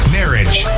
marriage